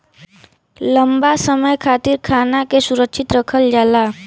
लंबा समय खातिर खाना के सुरक्षित रखल जाला